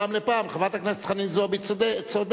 חברת הכנסת חנין זועבי צודקת,